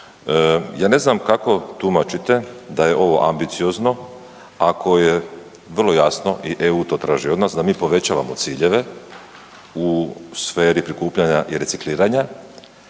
ja ne znam kako tumačite da je ovo ambiciozno ako je vrlo jasno i EU to traži od nas da mi povećavamo ciljeve u sferi prikupljanja i recikliranja.